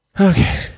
Okay